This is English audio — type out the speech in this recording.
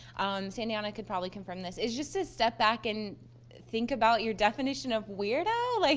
sandiana can probably confirm this, is just to step back and think about your definition of weirdo. like